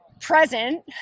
present